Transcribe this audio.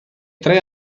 tre